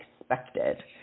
expected